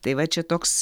tai va čia toks